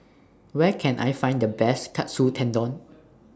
Where Can I Find The Best Katsu Tendon